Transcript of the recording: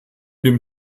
dem